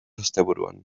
asteburuan